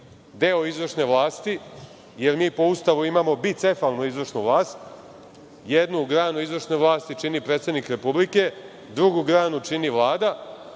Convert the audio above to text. deo izvršne vlasti, jer mi po Ustavu imamo bicefalnu izvršnu vlast, jednu granu izvršne vlasti čini predsednik Republike, drugu granu čini Vlada,